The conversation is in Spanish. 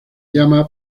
llama